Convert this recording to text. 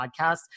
podcast